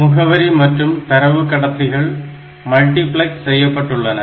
முகவரி மற்றும் தரவு கடத்திகள் மல்டிபிளக்ஸ் செய்யப்பட்டு உள்ளன